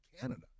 Canada